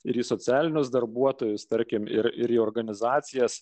ir į socialinius darbuotojus tarkim ir ir į organizacijas